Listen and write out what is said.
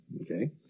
Okay